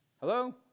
Hello